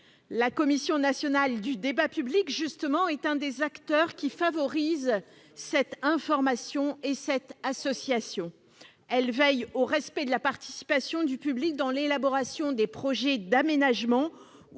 La Commission nationale du débat public, ou CNDP, est l'un des acteurs qui favorisent cette information et cette association. Elle veille au respect de la participation du public dans l'élaboration des projets d'aménagement